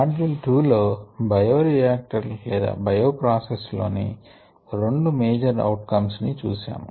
module 2 లో bioreactor లేదా bioprocess లోని రెండు మేజర్ అవుట్ కమ్స్ ని చూసాము